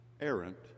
errant